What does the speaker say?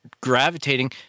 gravitating